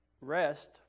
rest